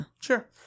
Sure